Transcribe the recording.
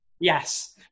Yes